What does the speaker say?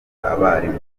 abarimu